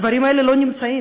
הדברים האלה לא נמצאים.